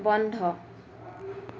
বন্ধ